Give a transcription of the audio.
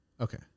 Okay